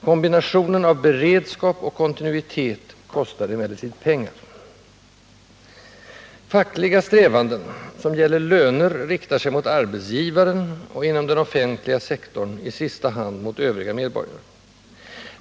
Kombinationen beredskap och kontinuitet kostar emellertid pengar. Fackliga strävanden som gäller löner riktar sig mot arbetsgivaren, och inom den offentliga sektorn i sista hand mot övriga medborgare.